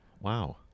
Wow